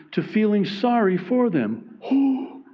to feeling sorry for them. oh,